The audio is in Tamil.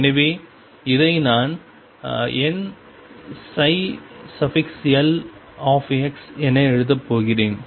எனவே இதை நான் n l என்று எழுதப் போகிறேன்